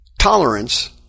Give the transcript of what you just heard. Tolerance